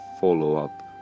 follow-up